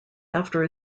after